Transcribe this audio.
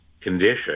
condition